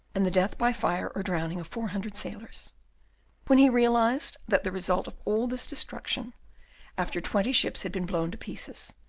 and the death by fire or drowning of four hundred sailors when he realized that the result of all this destruction after twenty ships had been blown to pieces,